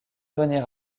venir